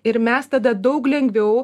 ir mes tada daug lengviau